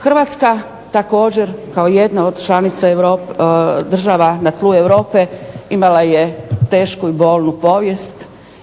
Hrvatska također kao jedna od članica država na tlu Europe imala je tešku i bolnu povijest